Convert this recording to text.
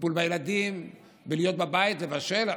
בטיפול בילדים, בלהיות בבית, לבשל.